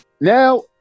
now